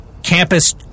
campus